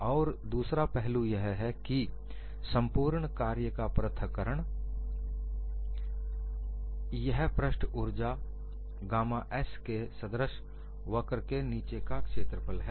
और दूसरा पहलू यह है कि संपूर्ण कार्य का पृथक्करण यह पृष्ठ ऊर्जा गामा s के सदृश वक्र के नीचे का क्षेत्रफल है